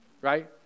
Right